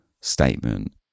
statement